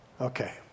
Okay